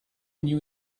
knew